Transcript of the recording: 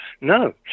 No